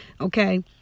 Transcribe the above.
Okay